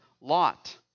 Lot